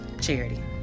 Charity